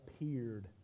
appeared